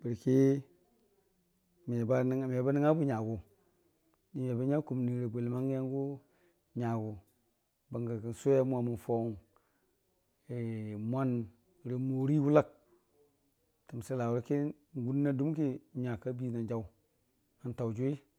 bərki meba mebə nəngnga bwi nyagʊ ni mebənya kumniirə bwiləmangngi yangʊ nyagʊ bəngə kən sʊwe momən faʊ n'mwan rə morii wʊlat təmsilawʊrəki n'guna dumki n'nya kabii na n'jaʊ n'taʊ jʊwi.